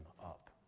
up